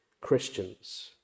Christians